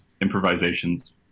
improvisations